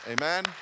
Amen